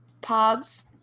pods